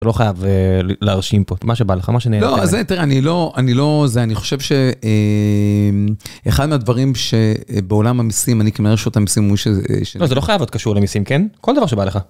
אתה לא חייב להרשים פה מה שבא לך מה שאני לא אני לא זה אני חושב שאחד הדברים שבעולם המסים אני כמרשות המסים שזה... זה לא חייב להיות קשור למסים כן? כל דבר שבא לך.